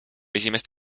esimest